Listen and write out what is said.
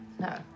No